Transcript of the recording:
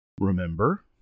Remember